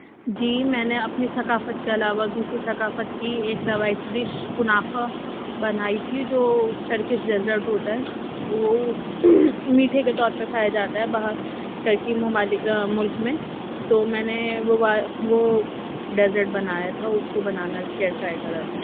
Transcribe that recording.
جی میں نے اپنی ثقافت کے علاوہ دوسرے ثقافت کی ایک روایتی ڈش کنافہ بنائی تھی جو ٹرکش ڈیزرٹ ہوتا ہے وہ میٹھے کے طور پہ کھایا جاتا ہے باہر ٹرکی ممالک ملک میں تو میں نے وہ وا وہ ڈیزرٹ بنایا تھا اس کو بنانا کے ٹرائی کرا تھا